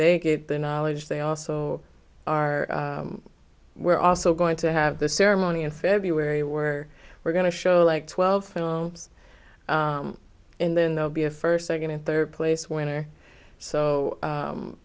they get the knowledge they also are we're also going to have the ceremony in february were we're going to show like twelve films and then they'll be a first second and third place winner so